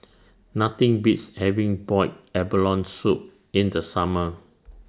Nothing Beats having boiled abalone Soup in The Summer